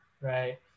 right